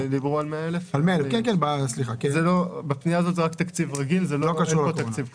25,000. בפנייה הזו זה רק תקציב רגיל לא קשור לתקציב קורונה.